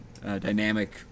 dynamic